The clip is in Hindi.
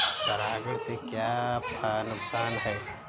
परागण से क्या क्या नुकसान हैं?